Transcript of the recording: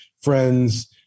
friends